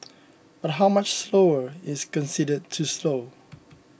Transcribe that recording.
but how much slower is considered too slow